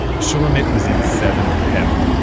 shulamit was in seventh heaven.